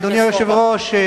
אדוני היושב-ראש,